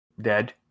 dead